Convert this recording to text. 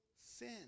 sin